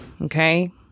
okay